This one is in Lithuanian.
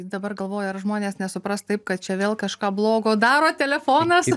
dabar galvoju ar žmonės nesupras taip kad čia vėl kažką blogo daro telefonas